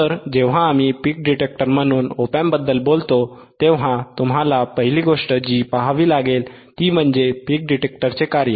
तर जेव्हा आम्ही पीक डिटेक्टर म्हणून op amp बद्दल बोलतो तेव्हा तुम्हाला पहिली गोष्ट जी पहावी लागेल ती म्हणजे पीक डिटेक्टरचे कार्य